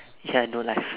ya no life